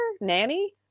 nanny